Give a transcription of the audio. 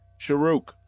Sharuk